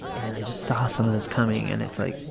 and i just saw some of this coming and it's like,